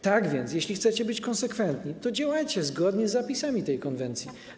Tak więc jeśli chcecie być konsekwentni, to działajcie zgodnie z zapisami tej konwencji.